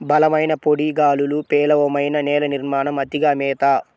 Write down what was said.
బలమైన పొడి గాలులు, పేలవమైన నేల నిర్మాణం, అతిగా మేత